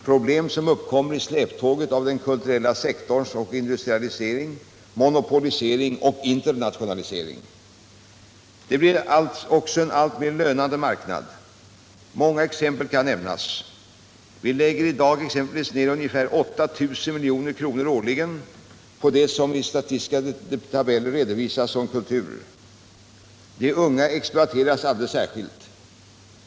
Problem som uppkommer i släptåget av den kulturella sektorns industrialisering, monopolisering och internationalisering. Det blir också en alltmer lönande marknad. Många exempel kan nämnas. Vi lägger i dag exempelvis ned ungefär 8 000 milj.kr. årligen på det som i statistiska tabeller redovisas som ”kultur”. De unga exploateras alldeles särskilt.